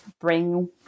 bring